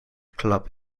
club